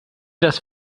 das